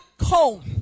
home